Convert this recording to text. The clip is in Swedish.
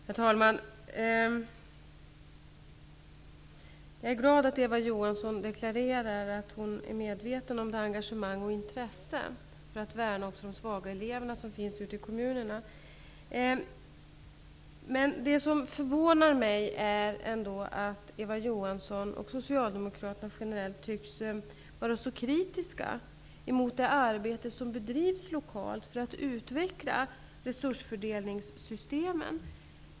Herr talman! Jag är glad att Eva Johansson deklarerar att hon är medveten om det engagemang och intresse för att värna de svaga eleverna som finns ute i kommunerna. Det förvånar mig dock att Eva Johansson och socialdemokraterna generellt tycks vara så kritiska mot det arbete som bedrivs lokalt för att utveckla resursfördelningssystemen.